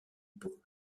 ball